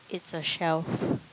it's a shelf